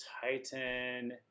titan